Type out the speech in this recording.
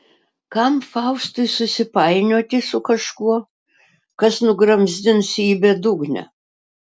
kam faustui susipainioti su kažkuo kas nugramzdins jį į bedugnę